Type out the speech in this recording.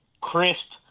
crisp